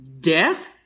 death